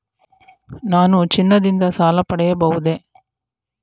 ನಾನು ಚಿನ್ನದಿಂದ ಸಾಲ ಪಡೆಯಬಹುದೇ?